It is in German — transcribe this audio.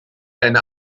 deine